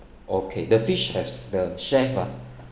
okay the fish have the chef ah